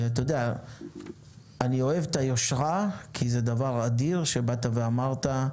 אני אוהב את היושרה כי זה דבר אדיר שבאת ואמרת: